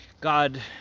God